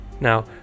Now